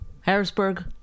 Harrisburg